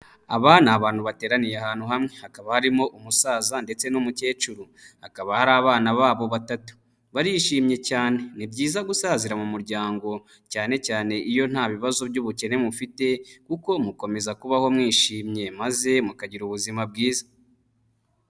Aba ni abantu bateraniye ahantu hamwe, hakaba harimo umusaza ndetse n'umukecuru, hakaba hari abana babo batatu, barishimye cyane. Ni byiza gusazira mu muryango, cyane cyane iyo nta bibazo by'ubukene mufite kuko mukomeza kubaho mwishimye, maze mukagira ubuzima bwiza.